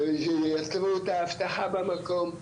יעצרו את האבטחה במקום,